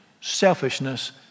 Selfishness